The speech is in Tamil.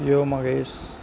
யோமகேஷ்